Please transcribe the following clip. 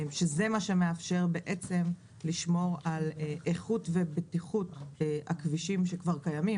שזה מה שמאפשר בעצם לשמור על איכות ובטיחות הכבישים שכבר קיימים,